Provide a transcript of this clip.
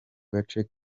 gace